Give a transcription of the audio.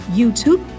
YouTube